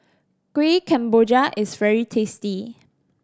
Kueh Kemboja is very tasty